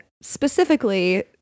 specifically